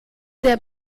der